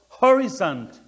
horizon